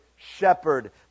Shepherd